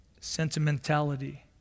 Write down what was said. sentimentality